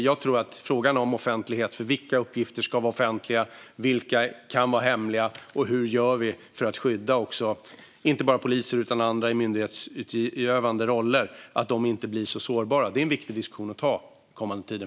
Jag tror att diskussionen om offentlighet, vilka uppgifter som ska vara offentliga och vilka som kan vara hemliga och hur vi gör för att skydda inte bara poliser utan även andra i myndighetsutövande roller så att de inte blir så sårbara är viktig att ta under den kommande tiden.